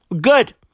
Good